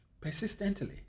Persistently